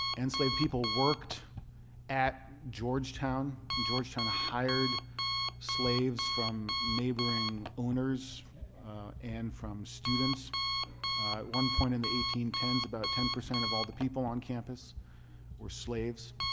enslaved people worked at georgetown. georgetown hired slaves from neighboring owners and from students. at one point in the eighteen ten s, about ten percent of all the people on campus were slaves.